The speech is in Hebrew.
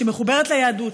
שמחוברת ליהדות,